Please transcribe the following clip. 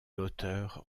l’auteur